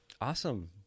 Awesome